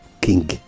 King